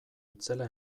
itzela